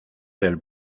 del